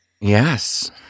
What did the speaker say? yes